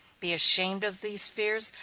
be ashamed of these fears,